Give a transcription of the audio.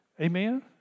Amen